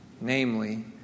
Namely